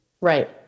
right